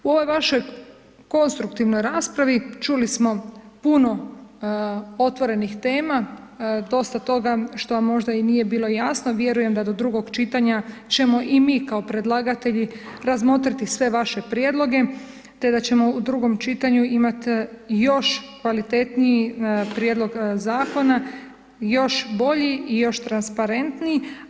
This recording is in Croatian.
U ovoj vašoj konstruktivnoj raspravi čuli smo puno otvorenih tema, dosta toga što vam možda i nije bilo jasno, vjerujem da do drugog čitanja ćemo i mi kao predlagatelji razmotriti sve vaše prijedloge te da ćemo u drugom čitanju imati još kvalitetniji prijedlog zakona, još bolji i još transparentniji.